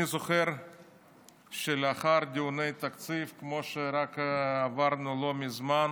אני זוכר שלאחר דיוני תקציב, כמו שעברנו לא מזמן,